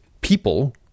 People